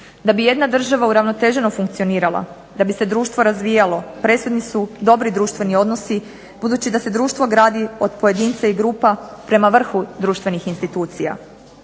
Da bi jedna država uravnoteženo funkcionirala, da bi se društvo razvijalo presudni su dobri društveni odnosi budući da se društvo gradi od pojedinca i grupa prema vrhu društvenih institucija.